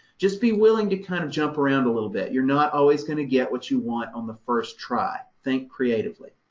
just be willing to kind of jump around a little bit. you're not always going to get what you want on the first try think creatively.